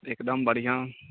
एकदम बढ़िआँ